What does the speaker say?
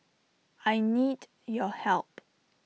I need your help